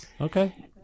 Okay